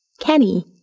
Kenny